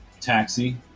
taxi